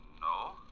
No